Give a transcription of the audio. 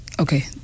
Okay